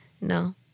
No